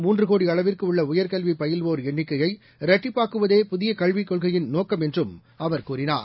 மூன்றுகோடிஅளவிற்குஉள்ளஉயர்கல்விபயில்வோர் எண்ணிக்கையை இரட்டிப்பாக்குவதே புதியகல்விக் கொள்கையின் நோக்கம் என்றும் அவர் கூறினார்